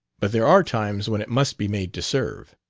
but there are times when it must be made to serve.